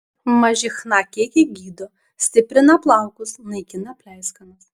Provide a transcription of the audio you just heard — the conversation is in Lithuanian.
maži chna kiekiai gydo stiprina plaukus naikina pleiskanas